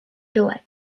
delay